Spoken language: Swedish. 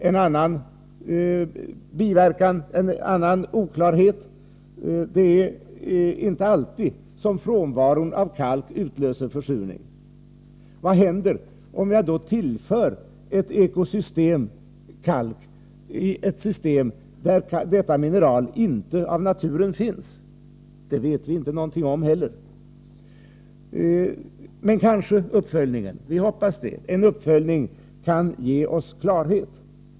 En annan oklarhet är att det inte alltid är frånvaron av kalk som utlöser försurning. Vad händer om jag tillför kalk till ett ekosystem där denna mineral inte av naturen finns? Det vet vi inte heller någonting om. Men kanske en uppföljning kan ge oss klarhet.